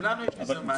גם לנו יש ניסיון מעמיק.